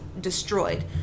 destroyed